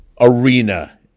arena